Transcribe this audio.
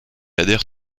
adhère